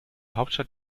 hauptstadt